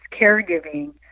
caregiving